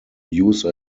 use